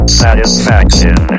satisfaction